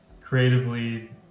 creatively